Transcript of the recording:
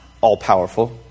all-powerful